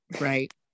right